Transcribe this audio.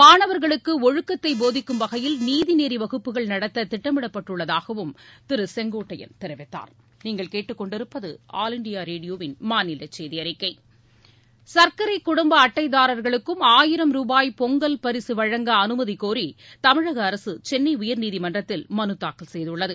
மாணவர்களுக்கு ஒழுக்கத்தை போதிக்கும் வகையில் நீதி நெறி வகுப்புகள் கற்பிக்க திட்டமிடப்பட்டுள்ளதாகவும் திரு செங்கோட்டையன் கூறினார் சர்க்கரை குடும்ப அட்டைதாரர்களுக்கும் ஆயிரம் ரூபாய் பொங்கல் பரிசு வழங்க அனுமதி கோரி தமிழக அரசு சென்னை உயர்நீதிமன்றத்தில் மனுத்தாக்கல் செய்துள்ளது